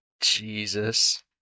Jesus